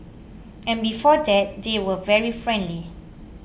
and before that they were very friendly